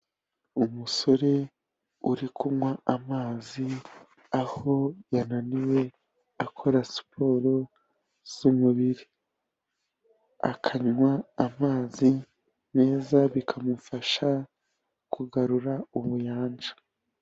Umusore uri kunywa amazi, aho yananiwe akora siporo z'umubiri. Akanywa amazi meza, bikamufasha kugarura ubuyanja.